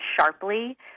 sharply